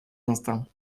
instincts